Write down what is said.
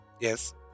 Yes